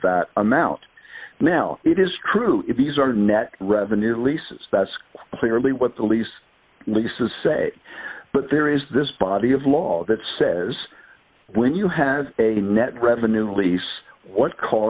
that amount now it is true if these are net revenue leases that's clearly what the lease leases say but there is this body of law that says when you have a net revenue release what c